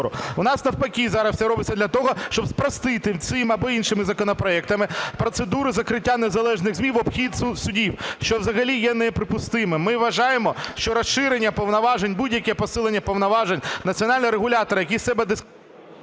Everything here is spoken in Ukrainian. У нас навпаки зараз все робиться для того, щоб спростити цими або іншими законопроектами процедуру закриття незалежних ЗМІ в обхід судів, що взагалі є неприпустимим. Ми вважаємо, що розширення повноважень, будь-яке посилення повноважень національного регулятора… ГОЛОВУЮЧИЙ. Ставиться